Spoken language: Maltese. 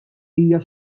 hija